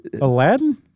Aladdin